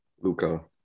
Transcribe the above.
Luca